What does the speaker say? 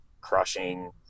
crushing